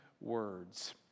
words